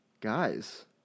guys